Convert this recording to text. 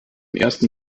ersten